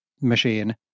machine